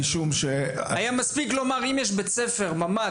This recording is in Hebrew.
היה מספיק לומר שאם יש בית ספר ממ"ד